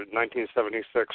1976